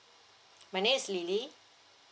my name is lily